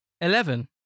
Eleven